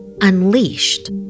unleashed